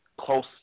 close